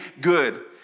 good